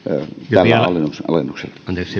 alennuksella